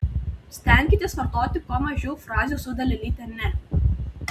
stenkitės vartoti kuo mažiau frazių su dalelyte ne